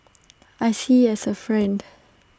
I see as A friend